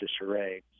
disarray